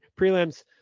Prelims